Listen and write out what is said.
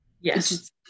yes